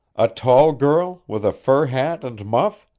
a tall girl, with a fur hat and muff?